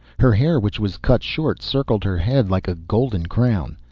her hair, which was cut short, circled her head like a golden crown.